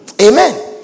Amen